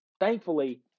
thankfully